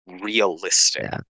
realistic